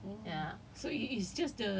tak tahu kenapa lah but it's just like that ah